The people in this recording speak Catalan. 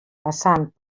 passant